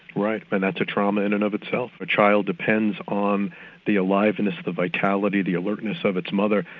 right, but that's a trauma in and of itself. a child depends on the aliveness, the vitality, the alertness of its mother,